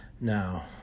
Now